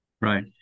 Right